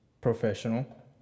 professional